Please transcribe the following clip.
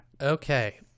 Okay